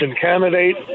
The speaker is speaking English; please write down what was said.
candidate